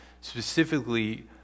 specifically